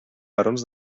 barons